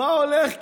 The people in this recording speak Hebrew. מה הולך כאן?